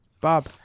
bob